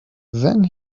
then